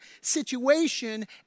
situation